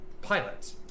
pilot